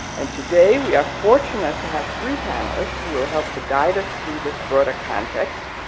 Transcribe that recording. and today we are fortunate to have three panelists who will help to guide us through this broader context,